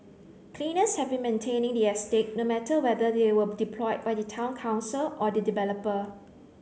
cleaners have been maintaining the estate no matter whether they were deployed by the Town Council or the developer